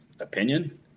opinion